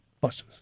buses